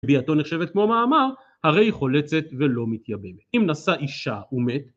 ביאתו נחשבת כמו מאמר, הרי היא חולצת ולא מתייבמת. אם נשא אישה ומת,